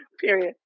Period